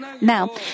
Now